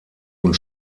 und